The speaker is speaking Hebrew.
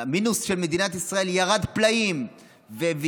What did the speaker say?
שהמינוס של מדינת ישראל ירד פלאים והצטמצם,